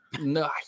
No